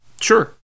Sure